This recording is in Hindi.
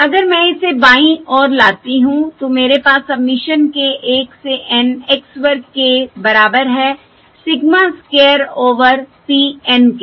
अगर मैं इसे बायीं ओर लाती हूं तो मेरे पास सबमिशन k1 से N x वर्ग k बराबर हैसिग्मा स्क्वायर ओवर p N के